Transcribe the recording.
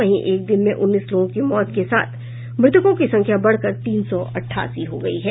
वहीं एक दिन में उन्नीस लोगों की मौत के साथ मृतकों की संख्या बढ़कर तीन सौ अठासी हो गयी है